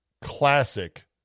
classic